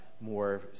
more